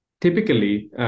typically